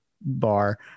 bar